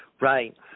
Right